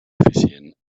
eficient